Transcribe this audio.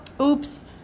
oops